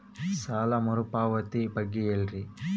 ಸಾಲ ಮರುಪಾವತಿ ಬಗ್ಗೆ ಹೇಳ್ರಿ?